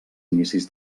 inicis